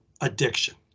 addiction